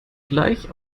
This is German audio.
gleich